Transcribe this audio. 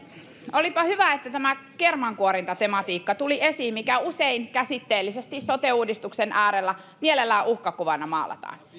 olipa hyvä että tämä kermankuorintatematiikka tuli esiin mikä usein käsitteellisesti sote uudistuksen äärellä mielellään uhkakuvana maalataan